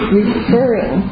referring